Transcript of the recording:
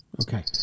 Okay